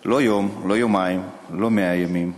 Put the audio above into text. לא יום ולא יומיים ולא 100 ימים,